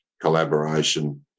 collaboration